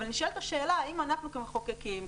אבל נשאלת השאלה האם אנחנו כמחוקקים,